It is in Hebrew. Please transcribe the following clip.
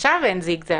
עכשיו אין זיג-זג.